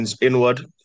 inward